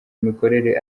imikorere